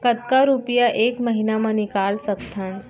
कतका रुपिया एक महीना म निकाल सकथन?